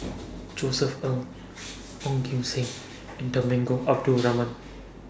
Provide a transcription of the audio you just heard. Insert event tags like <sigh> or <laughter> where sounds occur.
<noise> Josef Ng Ong Kim Seng and Temenggong Abdul Rahman